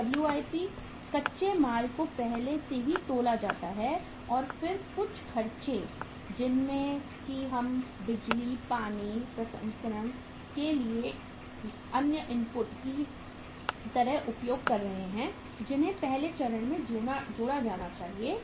फिर WIP कच्चे माल को पहले से ही तौला जाता है और फिर कुछ खर्च जिन्हें हम बिजली पानी प्रसंस्करण के लिए अन्य इनपुट की तरह उपयोग कर रहे हैं जिन्हें पहले चरण में जोड़ा जाना चाहिए